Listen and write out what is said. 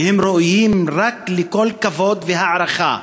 והם ראויים רק לכל כבוד והערכה.